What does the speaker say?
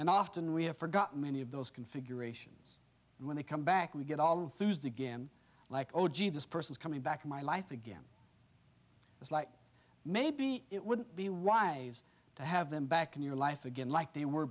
and often we have forgotten many of those configurations and when they come back we get all through it again like oh gee this person's coming back in my life again it's like maybe it would be wise to have them back in your life again like they were